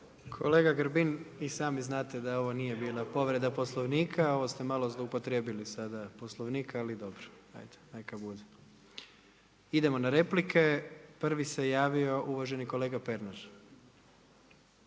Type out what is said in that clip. Kolega Grbin, i sami znate da ovo nije bila povreda Poslovnika, ovo ste malo zloupotrijebili sada Poslovnik, ali dobro, ajde neka bude. Idemo na replike, prvi se javio uvaženi kolega Pernar.